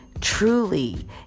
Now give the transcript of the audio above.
truly